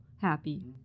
happy